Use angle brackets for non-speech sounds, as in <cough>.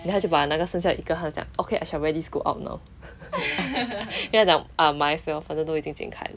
then 他就把把那个剩下一个他就讲 okay I shall wear this go out now <laughs> then 他就讲 might as well 反正已经开了